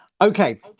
Okay